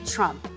Trump